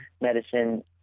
medicine